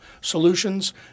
solutions